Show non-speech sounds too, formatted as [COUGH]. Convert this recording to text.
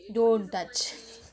don't touch [LAUGHS]